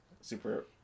super